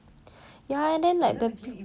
ya and then like